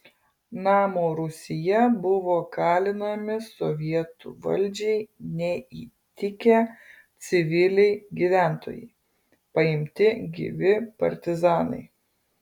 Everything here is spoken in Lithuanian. namo rūsyje buvo kalinami sovietų valdžiai neįtikę civiliai gyventojai paimti gyvi partizanai